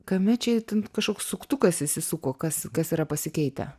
kame čia ir ten kažkoks suktukas įsisuko kas kas yra pasikeitę